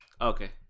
Okay